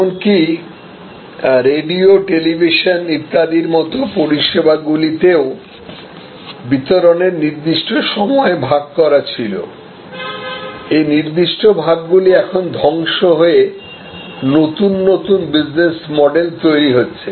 এমনকি radio television ইত্যাদির মতো পরিষেবাগুলি তেও বিতরণের নির্দিষ্ট সময় ভাগ করা ছিল এই নির্দিষ্ট ভাগগুলি এখন ধ্বংস হয়ে নতুন নতুন বিজনেস মডেল তৈরি হচ্ছে